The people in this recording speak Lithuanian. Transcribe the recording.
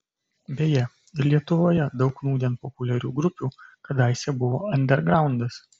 beje ir lietuvoje daug nūdien populiarių grupių kadaise buvo andergraundas